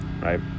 right